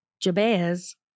Jabez